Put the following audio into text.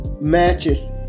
matches